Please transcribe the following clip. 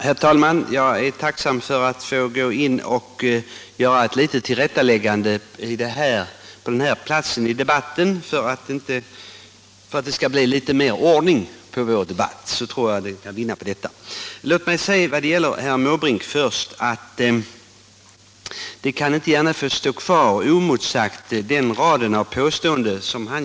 Herr talman! Jag är tacksam för att jag får gå in och göra ett litet tillrättaläggande i detta skede av debatten, för att det skall bli litet mer ordning på vår diskussion. Låt mig först säga till herr Måbrink att den rad av påståenden som herr Måbrink här har gjort inte gärna kan få stå oemotsagda.